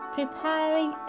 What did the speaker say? Preparing